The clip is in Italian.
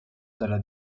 dalla